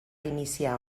iniciar